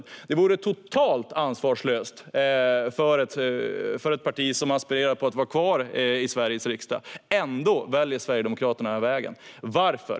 Detta vore totalt ansvarslöst för ett parti som aspirerar på att vara kvar i Sveriges riksdag. Ändå väljer Sverigedemokraterna den vägen - varför?